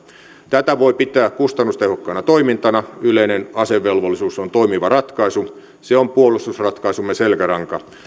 tätä voi pitää kustannustehokkaana toimintana yleinen asevelvollisuus on toimiva ratkaisu se on puolustusratkaisumme selkäranka